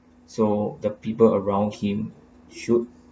so the people around him should